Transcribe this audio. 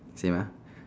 same ah